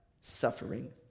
suffering